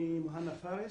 אני מוהנא פארס,